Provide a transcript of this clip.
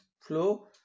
flow